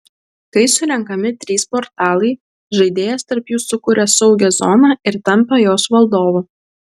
kai surenkami trys portalai žaidėjas tarp jų sukuria saugią zoną ir tampa jos valdovu